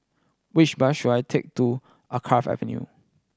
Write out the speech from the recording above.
which bus should I take to Alkaff Avenue